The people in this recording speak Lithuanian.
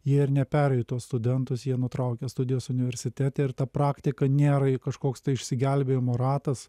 jie ir neperėjo į tuos studentus jie nutraukė studijas universitete ir ta praktika nėra kažkoks tai išsigelbėjimo ratas